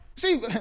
see